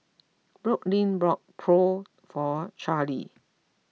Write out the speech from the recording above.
Brooklynn bought Pho for Charlee